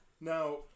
Now